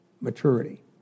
maturity